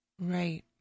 Right